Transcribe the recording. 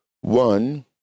one